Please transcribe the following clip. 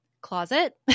closet